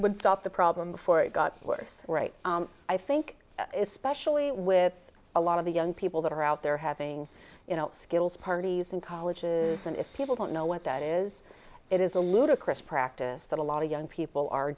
would stop the problem before it got worse right i think especially with a lot of the young people that are out there having skills parties and colleges an if people don't know what that is it is a ludicrous practice that a lot of young people are